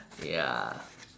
ya